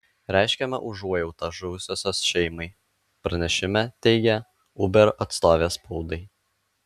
reiškiame užuojautą žuvusiosios šeimai pranešime teigė uber atstovė spaudai